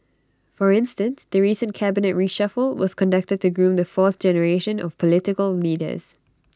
for instance the recent cabinet reshuffle was conducted to groom the fourth generation of political leaders